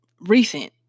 recent